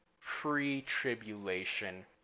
pre-tribulation